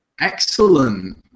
Excellent